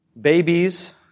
Babies